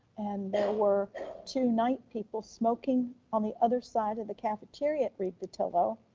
and there were two night people smoking on the other side of the cafeteria at read-patillo.